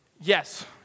Yes